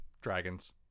Dragons